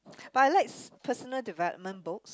but I like personal development books